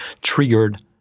triggered